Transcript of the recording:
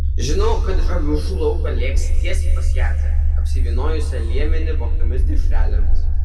žinau kad iš avižų lauko lėksi tiesiai pas jadzę apsivyniojusią liemenį vogtomis dešrelėmis